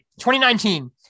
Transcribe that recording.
2019